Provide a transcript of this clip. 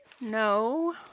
No